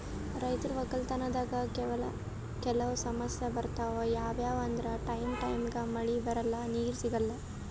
ರೈತರ್ ವಕ್ಕಲತನ್ದಾಗ್ ಕೆಲವ್ ಸಮಸ್ಯ ಬರ್ತವ್ ಯಾವ್ಯಾವ್ ಅಂದ್ರ ಟೈಮ್ ಟೈಮಿಗ್ ಮಳಿ ಬರಲ್ಲಾ ನೀರ್ ಸಿಗಲ್ಲಾ